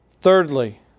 Thirdly